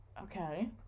Okay